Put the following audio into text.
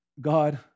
God